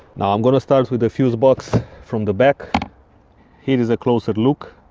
now i am gonna start with the fuse box from the back here is a closer look